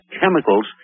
chemicals